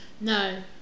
No